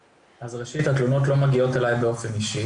ראשית, התלונות לא מגיעות אלי באופן אישי.